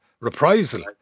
reprisal